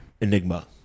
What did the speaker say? Enigma